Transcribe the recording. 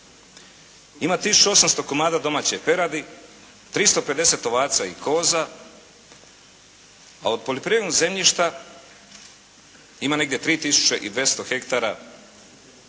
800 komada domaće peradi, 350 ovaca i koza, a od poljoprivrednog zemljišta ima negdje 3 tisuće